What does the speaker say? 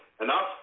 enough